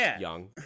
young